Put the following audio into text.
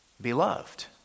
beloved